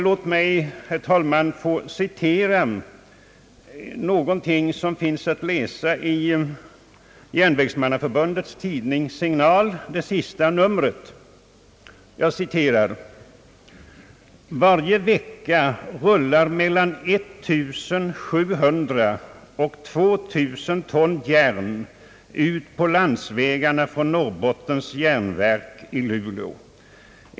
Låt mig, herr talman, få citera några rader ur Järnvägsmannaförbundets tidning Signalen, det sista numret: » Varje vecka rullar mellan 1700 och 2 000 ton järn ut på landsvägarna från Norrbottens järnverk i Luleå.